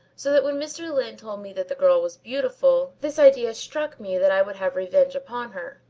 so that when mr. lyne told me that the girl was beautiful, this idea struck me that i would have revenge upon her.